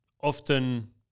often